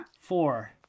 Four